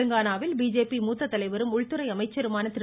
தெலுங்கானாவில் பிஜேபி மூத்த தலைவரும் உள்துறை அமைச்சருமான திரு